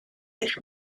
eich